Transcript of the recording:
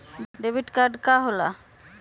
Debit card की होला?